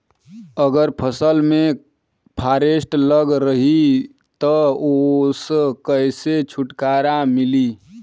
अगर फसल में फारेस्ट लगल रही त ओस कइसे छूटकारा मिली?